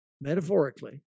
metaphorically